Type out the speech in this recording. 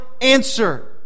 answer